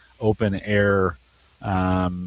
open-air